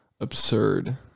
absurd